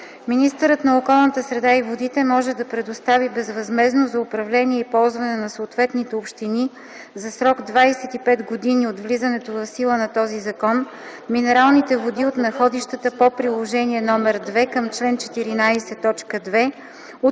среда и водите може да предостави безвъзмездно за управление и ползване на съответните общини за срок 25 години от влизането в сила на този закон минералните води от находищата по Приложение № 2 към чл. 14,